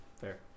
fair